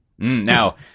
Now